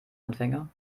anfänger